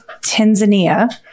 Tanzania